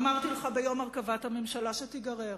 אמרתי לך ביום הרכבת הממשלה שתיגרר,